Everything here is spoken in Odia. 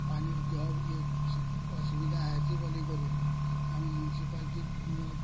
ପାନିରେ ଦେହ ବି ଏସବୁ ଅସୁବିଧା ହେସି ବୋଲିକରି ଆମେ ମୁନିସିପାଲିଟି